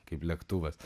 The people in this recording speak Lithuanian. kaip lėktuvas